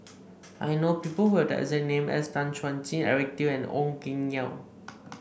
I know people who have the exact name as Tan Chuan Jin Eric Teo and Ong Keng Yong